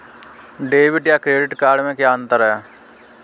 Debit या credit card में क्या अन्तर है?